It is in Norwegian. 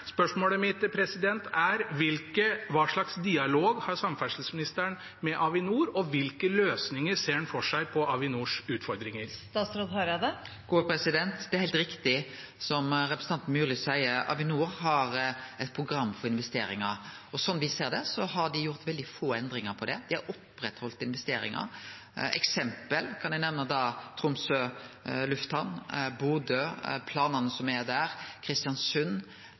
Spørsmålet mitt er: Hva slags dialog har samferdselsministeren med Avinor, og hvilke løsninger på Avinors utfordringer ser han for seg? Det er heilt riktig som representanten Myrli seier: Avinor har eit program for investeringar. Slik me ser det, har dei gjort veldig få endringar på det. Dei har oppretthaldt investeringar. Som eksempel kan eg nemne Tromsø lufthamn, Bodø lufthamn og planane som er der,